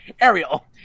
Ariel